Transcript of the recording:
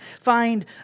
find